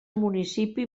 municipi